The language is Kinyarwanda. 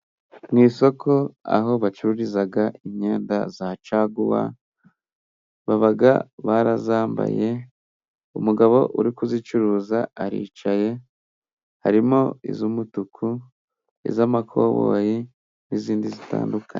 Mu isoko aho bacururiza imyenda ya caguwa, baba barayambaye, umugabo uri kuyicuruza, aricaye, harimo iy'umutuku, iy 'amakoboyi, n'indi itandukanye.